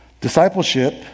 Discipleship